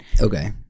Okay